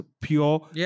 pure